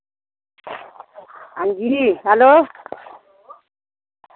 अंजी हैलो